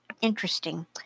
interesting